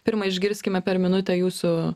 pirma išgirskime per minutę jūsų